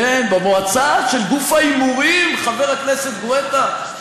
כן, במועצה של גוף ההימורים, חבר הכנסת גואטה.